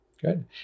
good